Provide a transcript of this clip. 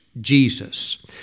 Jesus